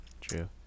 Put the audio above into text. true